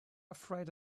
afraid